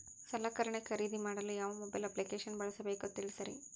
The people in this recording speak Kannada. ಸಲಕರಣೆ ಖರದಿದ ಮಾಡಲು ಯಾವ ಮೊಬೈಲ್ ಅಪ್ಲಿಕೇಶನ್ ಬಳಸಬೇಕ ತಿಲ್ಸರಿ?